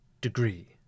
degree